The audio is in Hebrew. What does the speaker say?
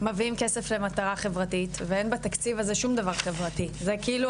מביאים כסף למטרה חברתית ואין בתקציב הזה שום דבר חברתי וכאילו,